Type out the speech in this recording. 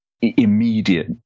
immediate